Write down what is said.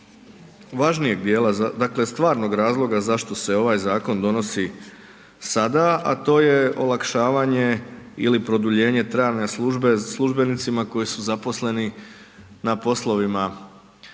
važnijeg dijela Zakona, dakle stvarnog razloga zašto se ovaj Zakon donosi sada, a to je olakšavanje ili produljenje trajanja službe službenicima koji su zaposleni na poslovima,